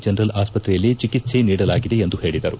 general ಆಸ್ಪತ್ರೆಯಲ್ಲಿ ಚಿಕಿತ್ಸೆ ನೀಡಲಾಗಿದೆ ಎಂದು ಹೇಳಿದರು